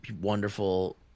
wonderful